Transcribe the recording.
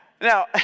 Now